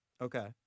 okay